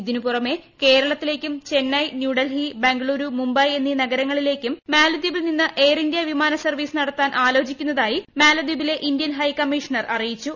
ഇതിന് പുറമെ കേരളത്തിലേക്കും ചെണ്ണ ് ന്യൂഡൽഹി ബംഗളൂരു മുംബൈ എന്നീ നഗരങ്ങളിലേക്കും മാല്പദീപിൽ നിന്ന് എയർ ഇന്ത്യ വിമാന സർവ്വീസ് നടത്താൻ ആലോചിക്കുന്നതായി മാലദ്വീപിലെ ഇന്ത്യൻ ഹൈക്കമ്മിഷണർ ്ക്അറിയിച്ചു